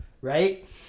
right